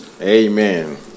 Amen